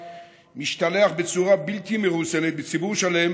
משתלח בצורה בלתי מרוסנת בציבור שלם